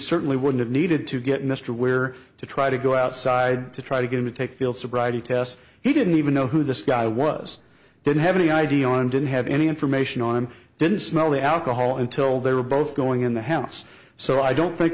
certainly would have needed to get mr ware to try to go outside to try to get him to take field sobriety tests he didn't even know who this guy was didn't have any idea on didn't have any information on him didn't smell the alcohol until they were both going in the house so i don't think